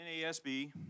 NASB